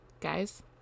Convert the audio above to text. guys